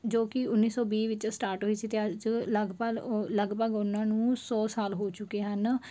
ਜੋ ਕਿ ਉੱਨੀ ਸੌ ਵੀਹ ਵਿੱਚ ਸਟਾਰਟ ਹੋਈ ਸੀ ਅਤੇ ਅੱਜ ਲਗਭਗ ਲਗਭਗ ਉਹਨਾਂ ਨੂੰ ਸੌ ਸਾਲ ਹੋ ਚੁੱਕੇ ਹਨ